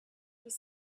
was